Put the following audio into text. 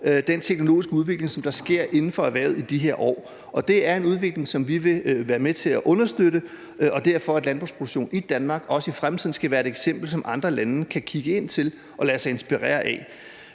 den teknologiske udvikling, som der sker inden for erhvervet i de her år. Det er en udvikling, som vi vil være med til at understøtte, og derfor også understøtte, at landbrugsproduktionen i Danmark også i fremtiden skal være et eksempel, som andre lande kan kigge til og lade sig inspirere af.